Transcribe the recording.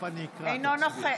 אינו נוכח